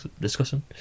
discussion